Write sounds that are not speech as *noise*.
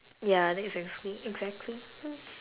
ya that's exact~ exactly *noise*